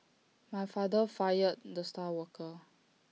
my father fired the star worker